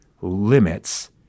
limits